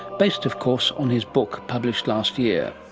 based of course on his book published last year.